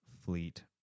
Fleet